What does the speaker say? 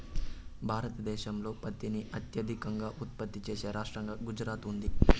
భారతదేశంలో పత్తిని అత్యధికంగా ఉత్పత్తి చేసే రాష్టంగా గుజరాత్ ఉంది